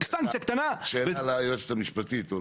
שאלה ליועצת המשפטית.